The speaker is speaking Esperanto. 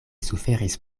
suferis